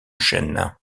chaîne